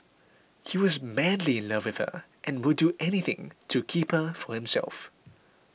he was madly in love with her and would do anything to keep her for himself